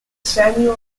samuel